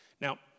Now